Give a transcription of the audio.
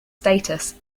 status